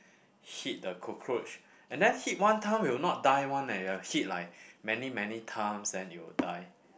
hit the cockroach and then hit one time will not die one eh you have to hit like many many times then it will die